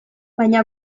baina